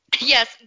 Yes